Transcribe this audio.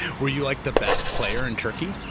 were you like the best player in turkey?